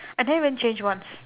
I never even change once